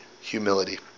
humility